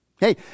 Hey